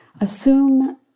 Assume